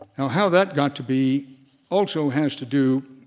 how how that got to be also has to do